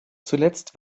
zuletzt